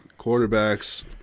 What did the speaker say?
Quarterbacks